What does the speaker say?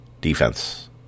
defense